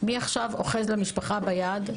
מי עכשיו אוחז למשפחה ביד,